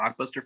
blockbuster